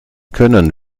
können